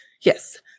Yes